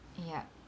yup